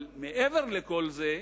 אבל מעבר לכל זה,